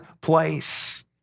place